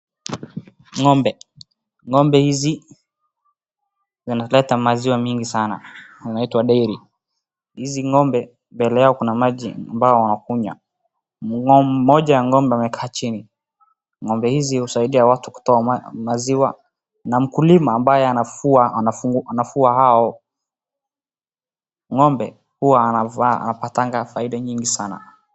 Ng'ombe, ng'ombe hizi zinaleta maziwa mingi sana, zinaitwa dairy, hizi ng'ombe mbele yao kuna maji ambao wanakunywa. Moja ya ng'ombe amekaa chini, ng'ombe hizi husaidia watu kutoa maziwa na mkulima ambaye anafuga hao ng'ombe huwa anapatanga faida nyingi sana.